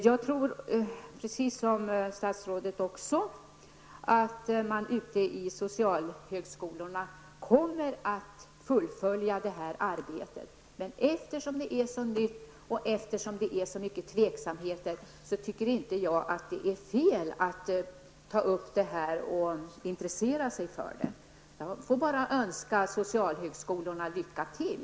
Jag tror precis som statsrådet att man på socialhögskolorna kommer att fullfölja arbetet, men eftersom det är så nytt och det finns så många tveksamheter, tycker jag inte att det är fel att ta upp frågan och intressera sig för den. Jag får önska socialhögskolorna lycka till!